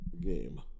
Game